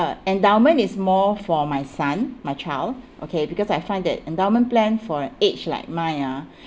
uh endowment is more for my son my child okay because I find that endowment plan for an age like mine ah